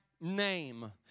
name